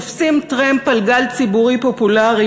תופסים טרמפ על גל ציבורי פופולרי,